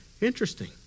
interesting